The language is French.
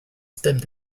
système